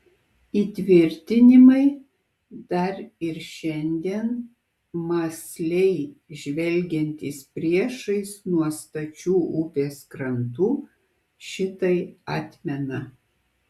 įtvirtinimai dar ir šiandien mąsliai žvelgiantys priešais nuo stačių upės krantų šitai atmena